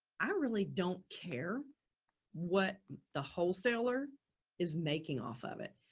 i really don't care what the wholesaler is making off of it.